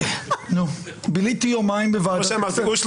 כמו שאמרתי,